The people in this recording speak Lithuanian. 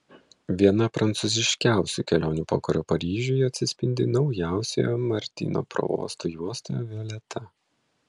viena prancūziškiausių kelionių pokario paryžiuje atsispindi naujausioje martino provosto juostoje violeta